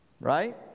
Right